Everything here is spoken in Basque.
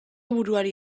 buruari